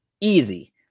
Easy